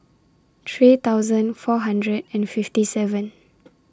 three thousand four hundred and fifty seven